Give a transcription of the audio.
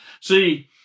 See